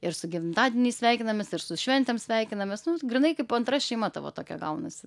ir su gimtadieniais sveikinamės ir su šventėm sveikinamės nu grynai kaip antra šeima tavo tokia gaunasi